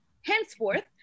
henceforth